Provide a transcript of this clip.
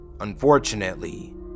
Unfortunately